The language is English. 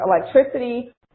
electricity